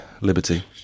liberty